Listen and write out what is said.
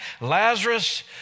Lazarus